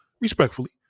Respectfully